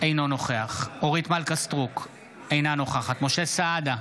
אינו נוכח אורית מלכה סטרוק, אינה נוכחת משה סעדה,